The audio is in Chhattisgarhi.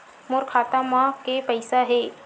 मोर खाता म के पईसा हे?